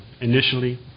initially